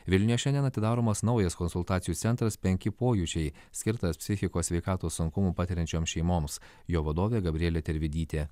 vilniuje šiandien atidaromas naujas konsultacijų centras penki pojūčiai skirtas psichikos sveikatos sunkumų patiriančioms šeimoms jo vadovė gabrielė tervidytė